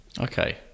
okay